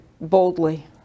boldly